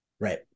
Right